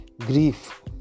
Grief